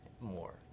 more